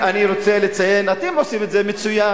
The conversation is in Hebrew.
אתם עושים את זה מצוין.